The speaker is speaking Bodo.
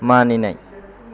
मानिनाय